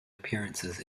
appearances